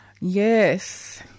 Yes